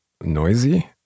noisy